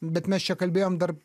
bet mes čia kalbėjom dar